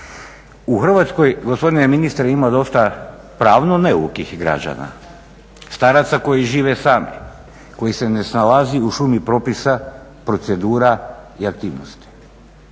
U Hrvatskoj, gospodine ministre ima dosta pravno neukih građana, staraca koji žive sami, koji se ne snalaze u šumi propisa, procedura i aktivnosti.